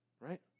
right